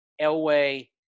Elway